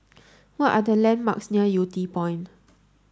what are the landmarks near Yew Tee Point